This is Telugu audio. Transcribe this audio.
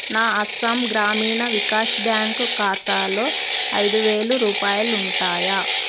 నా అస్సాం గ్రామీణ వికాష్ బ్యాంక్ ఖాతాలో ఐదు వేలు రూపాయాలుంటాయా